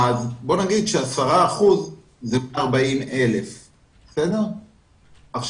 בוא נגיד ש-10% זה 40,000. אם